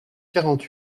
quarante